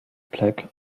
plaque